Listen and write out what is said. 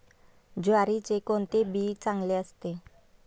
ज्वारीचे कोणते बी चांगले असते?